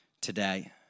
today